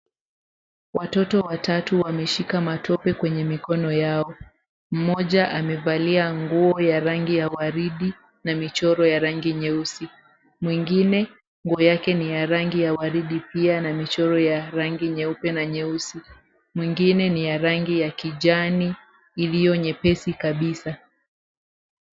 Watotowatatu wameshika matope kwenye mikono yao. Mmoja amevalia nguo ya rangi ya waridi na michoro ya rangi nyeusi. Mwengine nguo yake ni ya rangi ya waridi pia na michoro ya rangi nyeupe na nyeusi. Mwingine ni ya rangi ya kijani iliyo nyepesi kabisa.